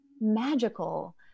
magical